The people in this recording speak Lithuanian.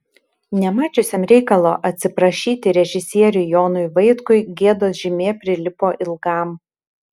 nemačiusiam reikalo atsiprašyti režisieriui jonui vaitkui gėdos žymė prilipo ilgam